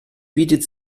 bietet